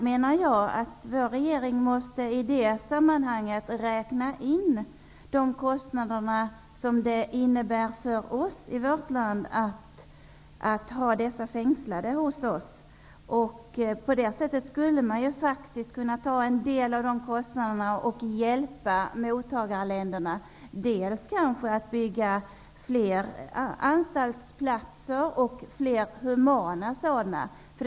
I det här sammanhanget måste regeringen räkna in kostnaderna för att ha dessa människor fängslade i vårt land. Man skulle ju faktiskt kunna använda en del av de här pengarna för att hjälpa mottagarländerna att bygga fler humana anstalter.